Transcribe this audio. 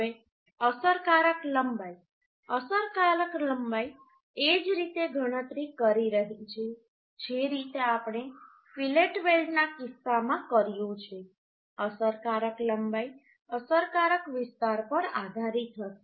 હવે અસરકારક લંબાઈ અસરકારક લંબાઈ એ જ રીતે ગણતરી કરી રહી છે જે રીતે આપણે ફિલેટ વેલ્ડના કિસ્સામાં કર્યું છે અસરકારક લંબાઈ અસરકારક વિસ્તાર પર આધારિત હશે